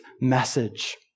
message